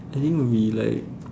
I think would be like